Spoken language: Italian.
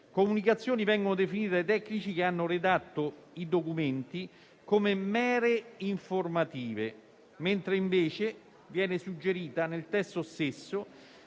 comunicazioni che vengono definite dai tecnici che hanno redatto i documenti come mere informative, mentre invece viene suggerito nel testo stesso,